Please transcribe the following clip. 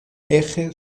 eje